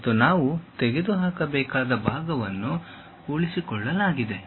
ಮತ್ತು ನಾವು ತೆಗೆದುಹಾಕಬೇಕಾದ ಭಾಗವನ್ನು ಉಳಿಸಿಕೊಳ್ಳಲಾಗಿದೆ